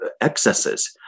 excesses